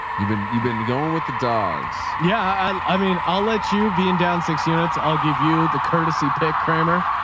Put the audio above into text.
you've been, you've been going with the dogs. yeah. i mean, i'll let you be in down six units. i'll give you the courtesy pick kramer.